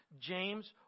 James